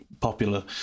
Popular